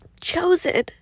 chosen